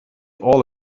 all